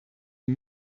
den